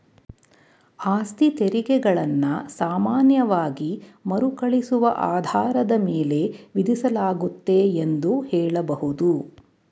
ಆಸ್ತಿತೆರಿಗೆ ಗಳನ್ನ ಸಾಮಾನ್ಯವಾಗಿ ಮರುಕಳಿಸುವ ಆಧಾರದ ಮೇಲೆ ವಿಧಿಸಲಾಗುತ್ತೆ ಎಂದು ಹೇಳಬಹುದು